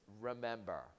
remember